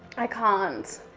i can't.